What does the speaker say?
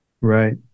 Right